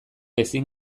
ezin